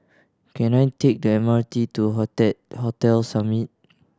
can I take the M R T to Hotel Summit